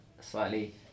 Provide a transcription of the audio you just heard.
slightly